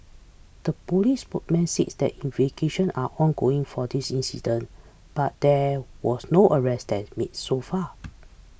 the police spokesman said that investigation are ongoing for this incident but that was no arrest made so far